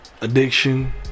addiction